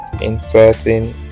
inserting